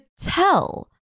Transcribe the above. tell